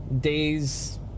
days